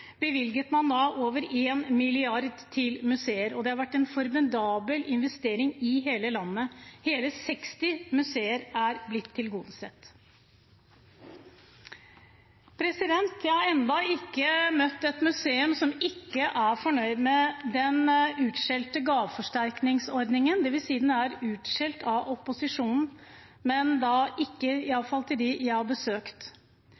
museer. Det har vært en formidabel investering i hele landet. Hele 60 museer er blitt tilgodesett. Jeg har ennå ikke møtt et museum som ikke er fornøyd med den utskjelte gaveforsterkningsordningen, dvs. den er utskjelt av opposisjonen, men i hvert fall ikke